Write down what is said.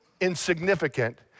insignificant